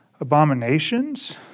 abominations